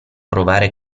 provare